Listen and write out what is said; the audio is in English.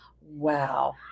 Wow